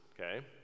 okay